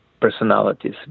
personalities